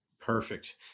Perfect